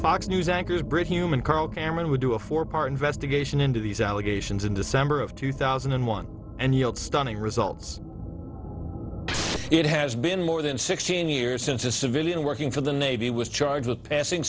fox news anchors brit hume and carl cameron would do a four part investigation into these allegations in december of two thousand and one and yield stunning results it has been more than sixteen years since a civilian working for the navy was charged with passing